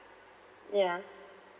ya